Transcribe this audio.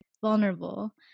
vulnerable